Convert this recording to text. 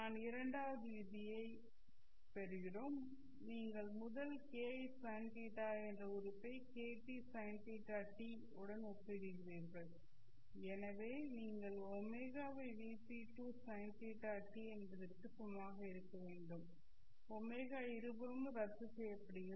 நாம் இரண்டாவது விதியைப் பெறுகிறோம் நீங்கள் முதல் ki sinθi என்ற உறுப்பை kt sin θt உடன் ஒப்பிடுகிறீர்கள் எனவே நீங்கள் ωVp2 sin θt என்பதிற்கு சமமாக இருக்க வேண்டும் ω இருபுறமும் ரத்து செய்யப்படுகிறது